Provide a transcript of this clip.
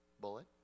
bullet